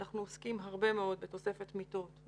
אנחנו עוסקים הרבה מאוד בתוספת מיטות,